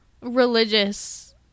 religious